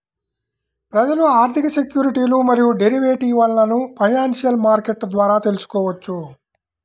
ప్రజలు ఆర్థిక సెక్యూరిటీలు మరియు డెరివేటివ్లను ఫైనాన్షియల్ మార్కెట్ల ద్వారా తెల్సుకోవచ్చు